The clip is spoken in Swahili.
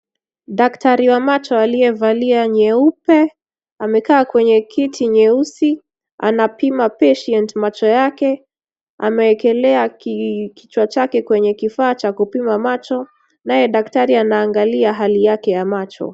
Daktari wa macho aliyevalia nyeupe, amekaa kwenye kiti nyeusi anapima patient macho yake, ameekelea kichwa chake kwenye kifaa cha kupima macho naye daktari anaagalia hali yake ya macho.